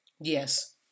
Yes